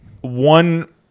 one